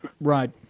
Right